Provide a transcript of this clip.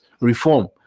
reform